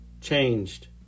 changed